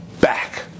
back